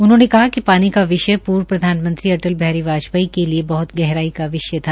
उन्होंने कहा कि पानी का विषय पूर्व प्रधानमंत्री अटल बिहारी वाजपेयी के लिए बहत गहराई का विषय था